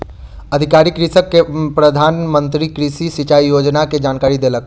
अधिकारी कृषक के प्रधान मंत्री कृषि सिचाई योजना के जानकारी देलक